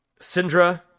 Syndra